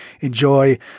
enjoy